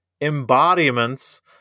embodiments